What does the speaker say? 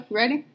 ready